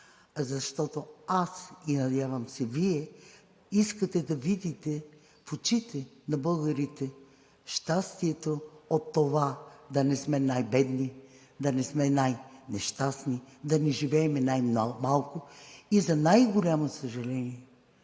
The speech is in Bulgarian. защото аз, надявам се и Вие, искате да видите в очите на българите щастието от това да не сме най-бедни, да не сме най-нещастни, да не живеем най-малко и за най-голямо съжаление